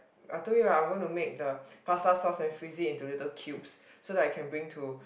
I told you I'm going to make the pasta sauce and freeze it into little cubes so that I can bring to